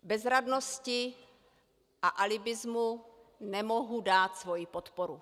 Bezradnosti a alibismu nemohu dát svoji podporu.